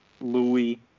Louis